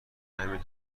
همین